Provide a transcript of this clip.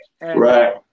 Right